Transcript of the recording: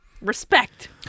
Respect